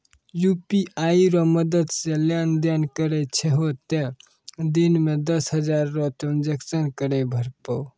UPI रो मदद से लेनदेन करै छहो तें दिन मे दस हजार रो ट्रांजेक्शन करै पारभौ